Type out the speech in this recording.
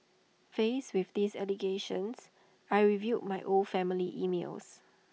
faced with these allegations I reviewed my old family emails